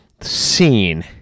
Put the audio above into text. seen